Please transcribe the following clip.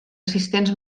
assistents